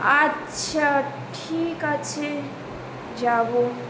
আচ্ছা ঠিক আছে যাবো